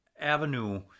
avenue